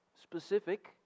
Specific